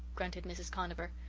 grunted mrs. conover.